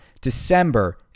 December